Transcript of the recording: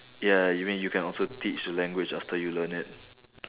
ya you mean you can also teach the language after you learn it